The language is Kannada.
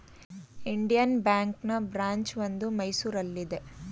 ಇಂಡಿಯನ್ ಬ್ಯಾಂಕ್ನ ಬ್ರಾಂಚ್ ಒಂದು ಮೈಸೂರಲ್ಲಿದೆ